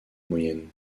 moyenne